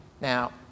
Now